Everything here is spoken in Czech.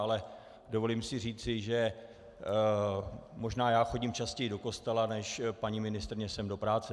Ale dovolím si říci, že možná já chodím častěji do kostela než paní ministryně sem do práce.